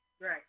right